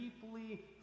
deeply